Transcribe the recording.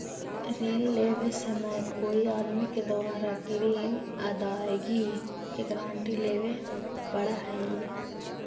ऋण लेवे समय कोई आदमी के द्वारा ग्रीन अदायगी के गारंटी लेवे पड़ऽ हई